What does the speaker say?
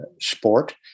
sport